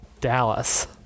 Dallas